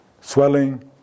swelling